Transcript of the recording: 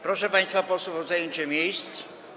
Proszę państwa posłów o zajęcie miejsc.